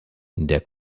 der